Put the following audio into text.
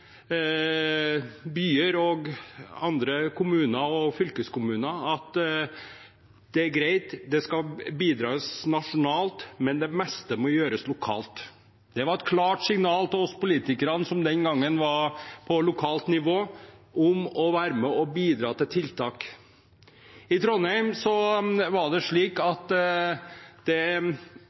byer, i andre kommuner og i fylkeskommuner at det er greit, det skal bidras nasjonalt, men det meste må gjøres lokalt. Det var et klart signal til oss politikere som den gangen var på lokalt nivå, om å være med på å bidra til tiltak. I Trondheim var det slik at det